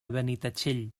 benitatxell